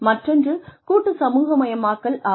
மற்றொன்று கூட்டு சமூகமயமாக்கல் ஆகும்